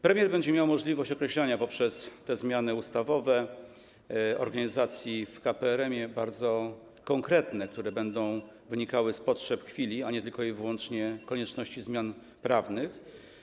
Premier będzie miał możliwość określania poprzez te zmiany ustawowe organizacji w KPRM, co będzie bardzo konkretne, będzie wynikało z potrzeb chwili, a nie tylko i wyłącznie z konieczności zmian prawnych.